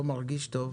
לא מרגיש טוב,